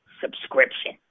subscription